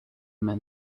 men